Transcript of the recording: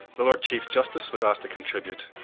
the lord chief justice was asked to contribute.